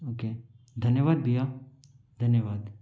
okay धन्यवाद भैया धन्यवाद